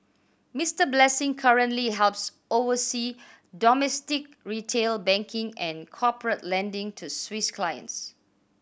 Mister Blessing currently helps oversee domestic retail banking and corporate lending to Swiss clients